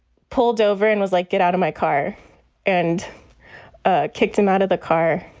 pulled over and was like, get out of my car and ah kicked him out of the car.